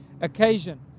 occasion